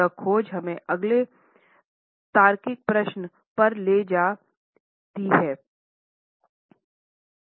यह खोज हमें अगले तार्किक प्रश्न पर ले जाती है